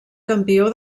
campió